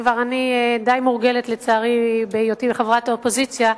אני כבר די מורגלת, לצערי, בהיותי חברת אופוזיציה,